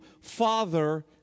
Father